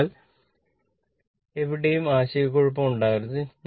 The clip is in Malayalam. അതിനാൽ എവിടെയും ആശയക്കുഴപ്പം ഉണ്ടാകരുത്